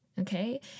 okay